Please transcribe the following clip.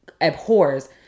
abhors